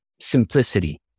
simplicity